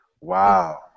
Wow